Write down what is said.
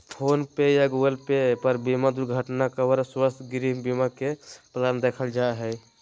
phone पे या Google pay पर बीमा दुर्घटना कवर, स्वास्थ्य, गृह बीमा के प्लान देखल जा हय